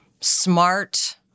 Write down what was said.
smart